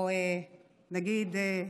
או נגיד,